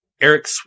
Eric